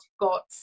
got